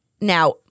now